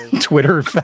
twitter